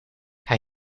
hij